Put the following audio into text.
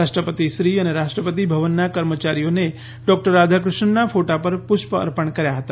રાષ્ટ્રપતિ અને રાષ્ટ્રપતિ ભવનના કર્મચારીઓને ડોક્ટર રાધાકૃષ્ણનના ફોટા પર પુષ્પ અર્પણ કર્યા હતા